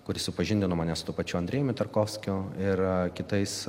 kuris supažindino mane su tuo pačiu andrejumi tarkovskiu ir kitais